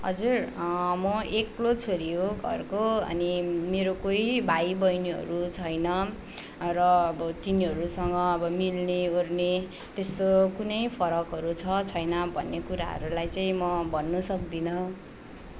हजुर म एक्लो छोरी हो घरको अनि मेरो कोही भाइ बहिनीहरू छैन र अब तिनीहरूसँग अब मिल्ने ओर्ने त्यस्तो कुनै फरकहरू छ छैन भन्ने कुराहरूलाई चाहिँ म भन्नु सक्दिनँ